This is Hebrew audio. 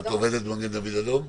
את עובדת ב"מגן דוד אדום"?